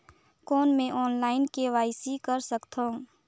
कौन मैं online KYC कर सकथव?